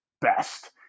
best